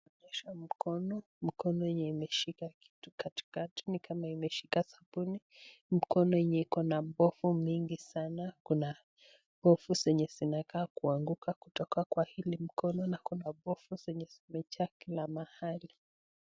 Tunaonyeshwa mkono, mkono yenye imeshika kitu katikati, ni kama imeshika sabuni. Mkono yenye iko na povu mingi sana. Kuna povu zenye zinakaa kuanguka kutoka kwa hili mkono na kuna povu zenye zimejaa kila mahali.